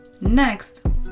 next